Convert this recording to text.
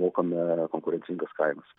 mokame konkurencingas kainas